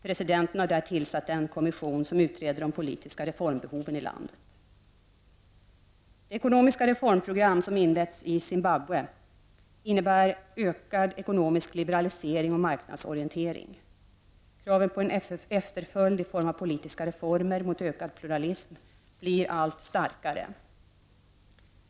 Presidenten har där tillsatt en kommission som utreder de politiska reformbehoven i landet. Zimbabwe innebär ökad ekonomisk liberalisering och marknadsorientering. Kraven på en efterföljd i form av politiska reformer mot ökad pluralism blir allt starkare.